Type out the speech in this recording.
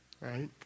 Right